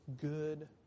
good